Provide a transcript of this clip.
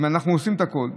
אם אנחנו עושים את הכול,